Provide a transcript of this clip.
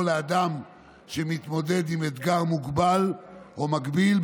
לאדם שמתמודד עם אתגר "מוגבל" או "מגביל"